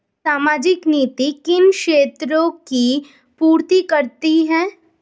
सामाजिक नीति किन क्षेत्रों की पूर्ति करती है?